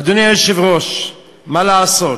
אדוני היושב-ראש, מה לעשות,